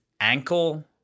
ankle